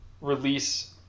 release